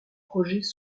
projets